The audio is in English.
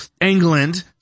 England